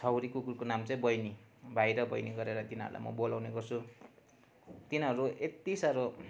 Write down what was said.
छाउरी कुकुरको नाम चाहिँ बहिनी भाइ र बहिनी गरेर म तिनीहरूलाई म बोलाउने गर्छु तिनीहरू यति साह्रो